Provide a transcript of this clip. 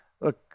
look